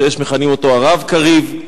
שיש המכנים אותו הרב קריב,